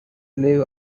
live